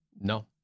No